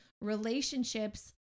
relationships